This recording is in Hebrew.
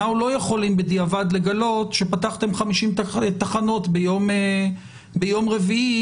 אנחנו לא יכולים בדיעבד לגלות שפתחתם 50 תחנות ביום רביעי